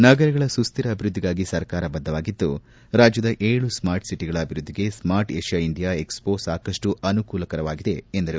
ನಗರಗಳ ಸುಶ್ಧಿರ ಅಭಿವೃದ್ಧಿಗಾಗಿ ಸರ್ಕಾರ ಬದ್ಧವಾಗಿದ್ದು ರಾಜ್ಯದ ಏಳು ಸ್ಮಾರ್ಟ್ ಸಿಟಿಗಳ ಅಭಿವೃದ್ಧಿಗೆ ಸ್ಮಾರ್ಟ್ ವಿಷಿಯಾ ಇಂಡಿಯಾ ಎಕ್ಸ್ಫೋ ಸಾಕಷ್ಟು ಅನುಕೂಲವಾಗಲಿದೆ ಎಂದರು